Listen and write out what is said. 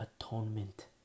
atonement